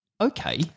Okay